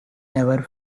never